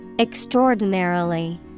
Extraordinarily